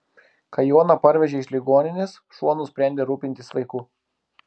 kai joną parvežė iš ligoninės šuo nusprendė rūpintis vaiku